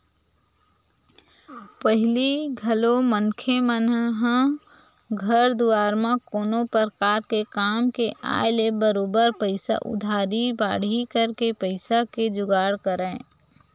पहिली घलो मनखे मन ह घर दुवार म कोनो परकार के काम के आय ले बरोबर पइसा उधारी बाड़ही करके पइसा के जुगाड़ करय